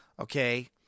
Okay